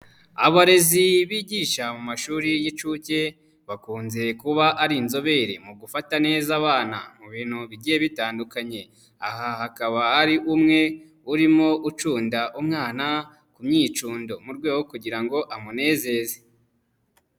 Abarezi bigisha mu mashuri y'incuke, bakunze kuba ari inzobere mu gufata neza abana mu bintu bigiye bitandukanye, aha hakaba ari umwe, urimo ucunda umwana ku mwicundo mu rwego kugira ngo amunezeze.